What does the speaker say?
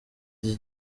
iki